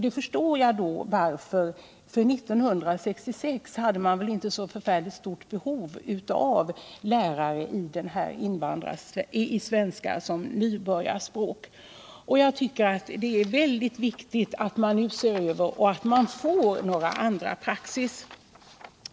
Jag förstår varför. År 1966 hade man inte så stort behov av lärare i svenska som nybörjarspråk. Jag tycker att det är mycket viktigt att man nu ser över detta och att man får en annan praxis.